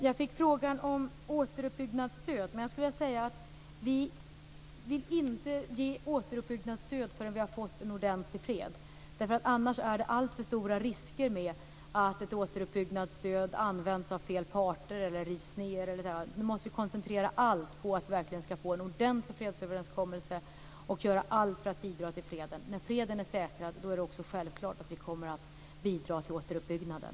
Jag fick frågan om återuppbyggnadsstöd. Vi vill inte ge återuppbyggnadsstöd förrän vi har fått en ordentlig fred. Annars är det alltför stor risk att ett återuppbyggnadsstöd används av fel parter eller rivs ned. Nu måste vi koncentrera allt på att vi verkligen ska få en ordentlig fredsöverenskommelse och göra allt för att bidra till freden. När freden är säkrad är det också självklart att vi kommer att bidra till återuppbyggnaden.